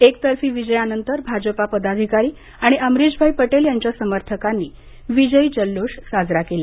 एकतर्फी विजयानंतर भाजपा पदाधिकारी आणि अमरिशभाई पटेल यांच्या समर्थकांनी विजयी जल्लोष साजरा केला